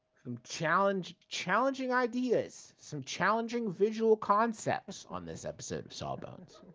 some challenging challenging ideas, some challenging visual concepts on this episode of sawbones.